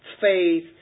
faith